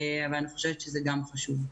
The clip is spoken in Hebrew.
אבל אני חושבת שזה גם חשוב.